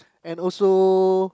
and also